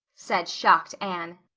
said shocked anne.